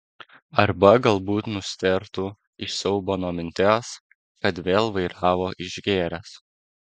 arba galbūt nustėrtų iš siaubo nuo minties kad vėl vairavo išgėręs